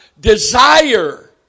desire